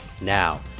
Now